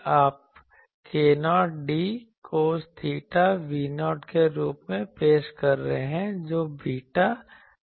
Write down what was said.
और v आप k0d cos theta v0 के रूप में पेश कर रहे हैं जो बीटा d है